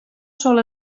sol